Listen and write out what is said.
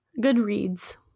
Goodreads